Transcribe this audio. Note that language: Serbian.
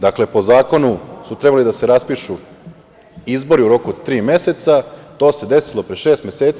Dakle, po zakonu su trebali da se raspišu izbori u roku od tri meseca, a to se desilo pre šest meseci.